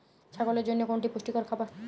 ছাগলের জন্য কোনটি পুষ্টিকর খাবার?